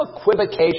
equivocation